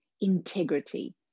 integrity